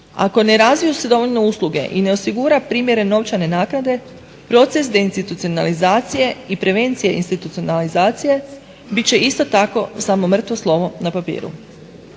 ako ne razviju se dovoljno usluge i ne osigura primjerene novčane naknade proces deinstitucionalizacije i prevencije institucionalizacije bit će isto tako samo mrtvo slovo na papiru.